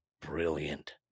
brilliant